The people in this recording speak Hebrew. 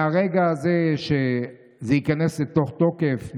מהרגע הזה שזה ייכנס לתוקף,